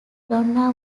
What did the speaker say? donna